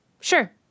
Sure